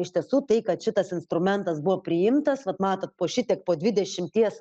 iš tiesų tai kad šitas instrumentas buvo priimtas vat matot po šitiek po dvidešimties